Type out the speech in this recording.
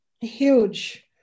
Huge